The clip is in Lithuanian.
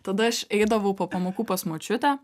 tada aš eidavau po pamokų pas močiutę